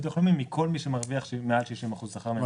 הביטוח הלאומי מכל מי שמרוויח מעל 60% השכר הממוצע.